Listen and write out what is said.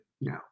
no